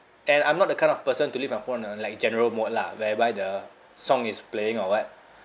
and I'm not the kind of person to leave my phone on like general mode lah whereby the song is playing or what